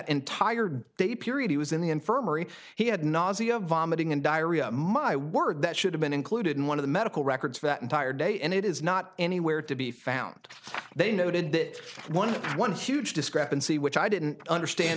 entire day period he was in the infirmary he had nazia vomiting and diarrhea my word that should have been included in one of the medical records for that entire day and it is not anywhere to be found they noted that one of the one huge discrepancy which i didn't understand